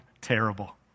terrible